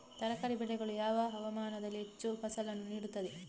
ತರಕಾರಿ ಬೆಳೆಗಳು ಯಾವ ಹವಾಮಾನದಲ್ಲಿ ಹೆಚ್ಚು ಫಸಲನ್ನು ನೀಡುತ್ತವೆ?